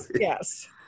Yes